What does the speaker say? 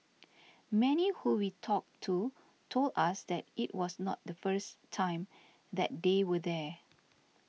many who we talked to told us that it was not the first time that they were there